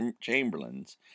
chamberlains